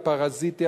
הפרזיטי,